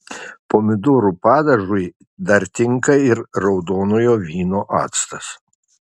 pomidorų padažui dar tinka ir raudonojo vyno actas